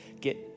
get